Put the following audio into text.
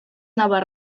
noves